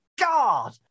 god